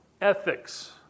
ethics